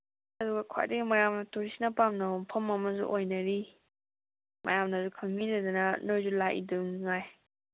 ꯑꯗꯨꯒ ꯈ꯭ꯋꯥꯏꯗꯒꯤ ꯃꯌꯥꯝꯅ ꯇꯨꯔꯤꯁꯅ ꯄꯥꯝꯅꯕ ꯃꯐꯝ ꯑꯃꯁꯨ ꯑꯣꯏꯅꯔꯤ ꯃꯌꯥꯝꯅꯁꯨ ꯈꯪꯅꯃꯤꯅꯗꯅ ꯅꯣꯏꯁꯨ ꯂꯥꯛꯏꯗꯨꯉꯥꯏ